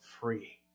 free